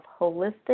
Holistic